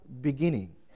beginning